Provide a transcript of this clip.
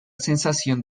sensación